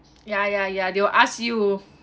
ya ya ya they will ask you